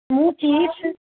ମୁଁ ଚିପ୍ସ